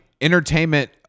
entertainment